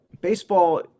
Baseball